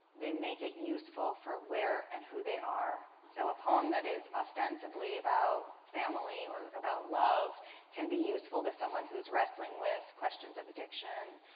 they make it useful for where and who they are. so a poem that is ostensibly about family or about love can be useful to someone who's wrestling with questions of addiction,